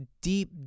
deep